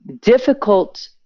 difficult